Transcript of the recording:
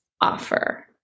offer